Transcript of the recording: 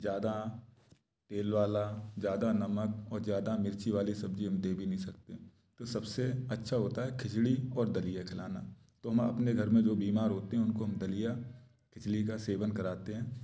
ज़्यादा तेल वाला ज़्यादा नमक और ज़्यादा मिर्ची वाली सब्जी हम दे भी नहीं सकते तो सबसे अच्छा होता है खिचड़ी और दलिया खिलाना तो हम अपने घर में जो बीमार होते हैं उनको हम दलिया खिचड़ी का सेवन कराते हैं